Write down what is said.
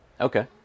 okay